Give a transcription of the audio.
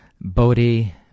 Bodhi